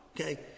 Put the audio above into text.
okay